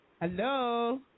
Hello